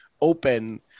open